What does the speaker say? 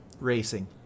racing